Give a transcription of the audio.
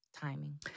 Timing